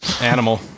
Animal